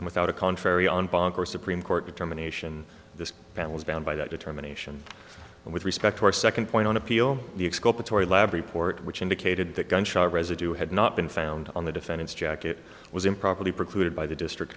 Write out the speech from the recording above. and without a contrary on bhangra supreme court determination this panel is bound by that determination and with respect to our second point on appeal the exculpatory lab report which indicated that gunshot residue had not been found on the defendant's jacket was improperly precluded by the district